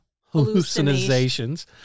hallucinations